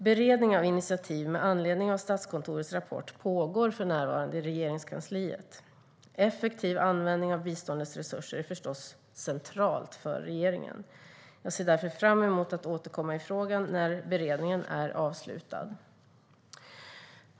Beredning av initiativ med anledning av Statskontorets rapport pågår för närvarande i Regeringskansliet. Effektiv användning av biståndets resurser är förstås centralt för regeringen. Jag ser därför fram emot att återkomma i frågan när beredningen är avslutad.